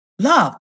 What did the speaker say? love